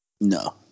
No